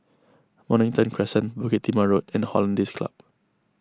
Mornington Crescent Bukit Timah Road and Hollandse Club